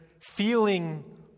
feeling